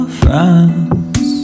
friends